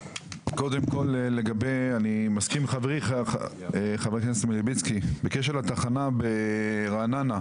אני מסכים עם חברי חבר הכנסת מלביצקי בקשר לתחנה ברעננה,